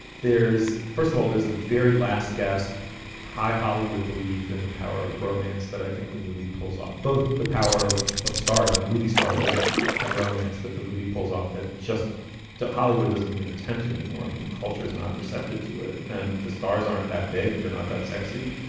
there's first of all, there's a very last gasp high hollywood belief in the power of romance that i think the movie pulls off both the power of of stardom, movie stardom and romance, that the movie pulls off that just to hollywood doesn't even attempt anymore. i mean, the culture is not receptive to it. and the stars aren't that big. they're not that sexy.